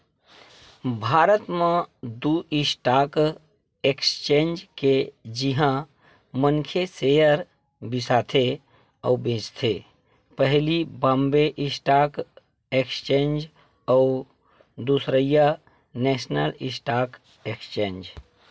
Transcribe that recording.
भारत म दू stock exchange हे जिहाँ मनखे सेयर बिसाथे अउ बेंचथे पहिली बॉम्बे स्टॉक एक्सचेंज अउ दूसरइया नेसनल स्टॉक एक्सचेंज